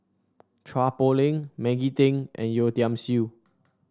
Chua Poh Leng Maggie Teng and Yeo Tiam Siew